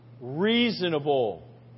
reasonable